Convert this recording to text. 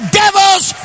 devil's